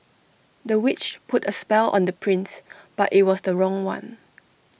the witch put A spell on the prince but IT was the wrong one